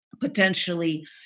potentially